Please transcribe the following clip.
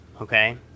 Okay